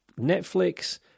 Netflix